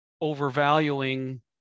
overvaluing